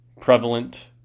prevalent